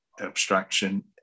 abstraction